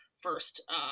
first